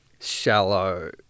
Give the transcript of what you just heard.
shallow